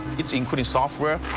it's equally software,